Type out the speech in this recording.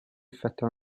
effettua